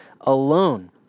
alone